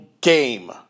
game